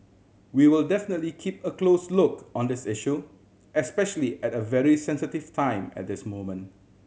we will definitely keep a close look on this issue especially at a very sensitive time at this moment